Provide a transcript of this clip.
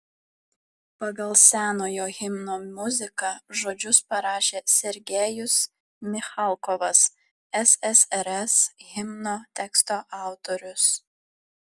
pagal senojo himno muziką žodžius parašė sergejus michalkovas ssrs himno teksto autorius